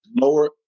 lower